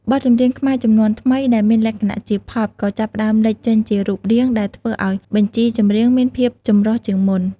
បទចម្រៀងខ្មែរជំនាន់ថ្មីដែលមានលក្ខណៈជា ផប់ ក៏ចាប់ផ្តើមលេចចេញជារូបរាង ដែលធ្វើឱ្យបញ្ជីចម្រៀងមានភាពចម្រុះជាងមុន។